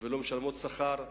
ולא משלמות שכר.